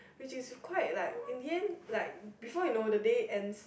which is is quite like in the end like before you know the day ends